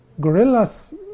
gorillas